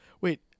Wait